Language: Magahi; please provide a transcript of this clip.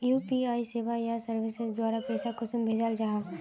यु.पी.आई सेवाएँ या सर्विसेज द्वारा पैसा कुंसम भेजाल जाहा?